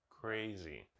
crazy